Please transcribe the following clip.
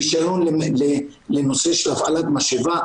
רישיון לנושא של הפעלת משאבה,